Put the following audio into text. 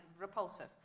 repulsive